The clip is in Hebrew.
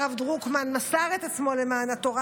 הרב דרוקמן מסר את עצמו למען התורה